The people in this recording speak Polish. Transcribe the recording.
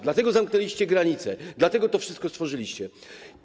Dlatego zamknęliście granice, dlatego to wszystko stworzyliście.